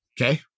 Okay